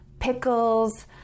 pickles